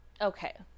okay